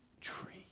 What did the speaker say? tree